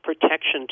protection